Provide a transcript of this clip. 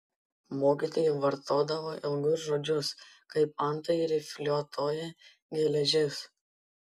mokytojai vartodavo ilgus žodžius kaip antai rifliuotoji geležis